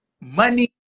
money